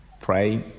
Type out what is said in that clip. Pray